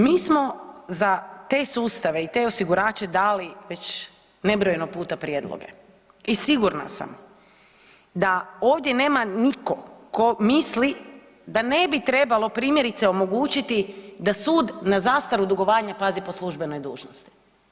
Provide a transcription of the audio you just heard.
Mi smo za te sustave i te osigurače dali već nebrojeno puta prijedloge i sigurna sam da ovdje nema nitko tko misli da ne bi trebalo primjerice omogućiti da sud na zastaru dugovanja pazi po službenoj dužnosti.